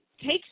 takes